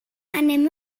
anem